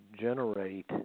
generate